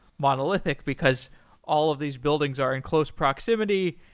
monolithic, because all of these buildings are in close proximity.